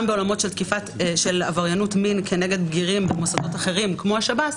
בעולמות של עבריינות מין כנגד בגירים במוסדות אחרים כמו השב"ס.